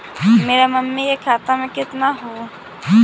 मेरा मामी के खाता में कितना हूउ?